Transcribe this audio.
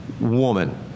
woman